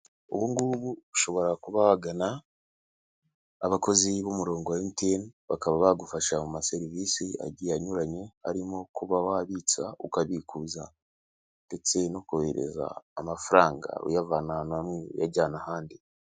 Ubu ngubu ushobora kuba wagana abakozi b'umurongo wa MTN, bakaba bagufasha mu ma serivisi agiye anyuranye harimo kuba wabitsa ukabikuza ndetse no kohereza amafaranga, uyavana ahantu hamwe uyajyana ahandi.